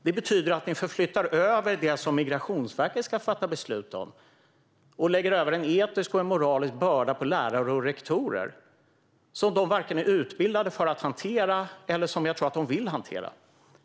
Det betyder att ni flyttar över det som Migrationsverket ska fatta beslut om och lägger över en etisk och moralisk börda på lärare och rektorer som de varken är utbildade för att hantera eller som jag tror att de vill hantera.